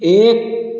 एक